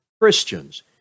Christians